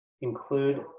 include